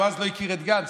הוא אז לא הכיר את גנץ,